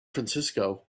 francisco